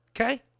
Okay